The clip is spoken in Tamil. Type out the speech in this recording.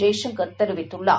ஜெய்சங்கர் தெரிவித்துள்ளார்